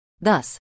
Thus